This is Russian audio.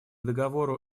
договору